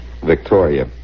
Victoria